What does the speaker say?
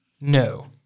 No